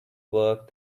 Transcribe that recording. work